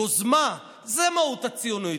יוזמה היא מהות הציונות.